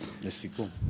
לסיכום.